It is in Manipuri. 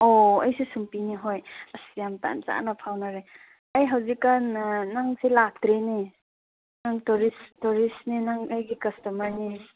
ꯑꯣ ꯑꯩꯁꯨ ꯁꯨꯝꯄꯤꯅꯦ ꯍꯣꯏ ꯑꯁ ꯌꯥꯝ ꯇꯥꯟ ꯆꯥꯅ ꯐꯥꯎꯅꯔꯦ ꯑꯩ ꯍꯧꯖꯤꯛ ꯀꯥꯟ ꯅꯪꯁꯦ ꯂꯥꯛꯇ꯭ꯔꯦꯅꯦ ꯅꯪ ꯇꯨꯔꯤꯁ ꯇꯨꯔꯤꯁꯅꯦ ꯅꯪ ꯑꯩꯒꯤ ꯀꯁꯇꯃꯔꯅꯦ